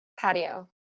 Patio